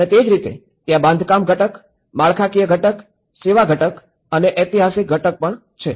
અને તે જ રીતે ત્યાં બાંધકામ ઘટક માળખાકીય ઘટક સેવા ઘટક અને ઐતિહાસિક ઘટક પણ છે